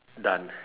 done